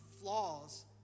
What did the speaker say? flaws